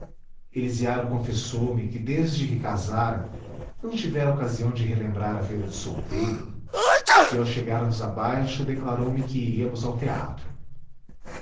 a ladeira elisiário confessou-me que desde que casara não tivera ocasião de relembrar a vida de solteiro e ao chegarmos abaixo declarou-me que iríamos ao teatro